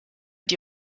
die